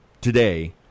Today